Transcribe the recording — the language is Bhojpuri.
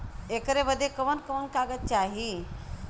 ऐकर बदे कवन कवन कागज चाही?